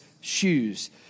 shoes